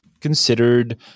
considered